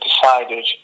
decided